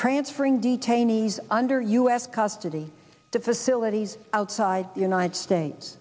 transferring detainees under u s custody the facilities outside the united states